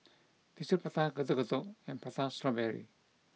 Tissue Prata Getuk Getuk and Prata Strawberry